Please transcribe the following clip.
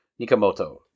Nikamoto